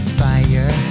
fire